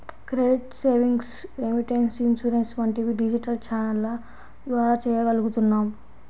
credit, savings, remittance, insurance వంటివి digital ఛానెల్ల ద్వారా చెయ్యగలుగుతున్నాం